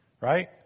right